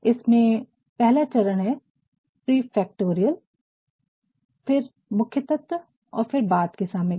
इसमें पहला चरण है प्रेफेक्टोरिअल prefectorial तथ्यों को एकत्रित करने के पूर्व की सामग्री फिर मुख्य तत्व और फिर बाद की विषय सामग्री